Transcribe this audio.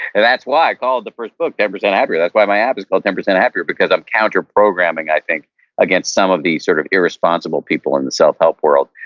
and that's why i called the first book ten percent happier, that's why my app is called ten percent happier, because i'm counter programming i think against some of the sort of irresponsible people in the self help world,